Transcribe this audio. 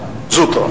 זוטרא.